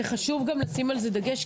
זה חשוב גם לשים על זה דגש,